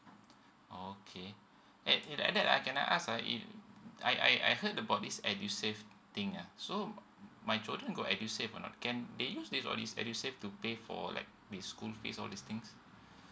okay and if like that ah can I ask ah if I I I heard about this edusave thing ah so my children go edusave or not can they use it on this edusave to pay for like the school fees all these things